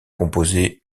composé